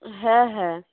হ্যাঁ হ্যাঁ